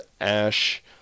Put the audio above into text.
ash